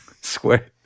Square